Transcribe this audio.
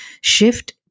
shift